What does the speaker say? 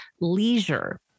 leisure